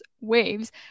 waves